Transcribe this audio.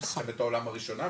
מלחמת העולם הראשונה,